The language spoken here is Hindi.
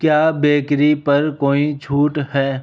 क्या बेकरी पर कोई छूट है